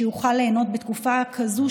שיוכל ליהנות בתקופה כזאת,